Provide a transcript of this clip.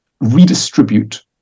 redistribute